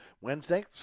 Wednesday